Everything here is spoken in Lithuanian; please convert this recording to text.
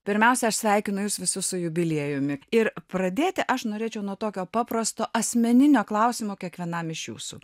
pirmiausia aš sveikinu jus visus su jubiliejumi ir pradėti aš norėčiau nuo tokio paprasto asmeninio klausimo kiekvienam iš jūsų